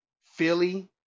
Philly